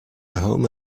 home